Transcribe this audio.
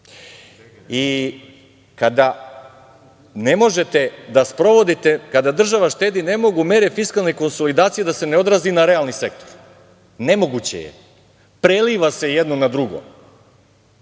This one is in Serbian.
država imala umanjeni. Kada država štedi ne mogu mere fiskalne konsolidacije da se odraze na realni sektor. Nemoguće je. Preliva se jedno na drugo.